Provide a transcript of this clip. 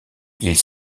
ils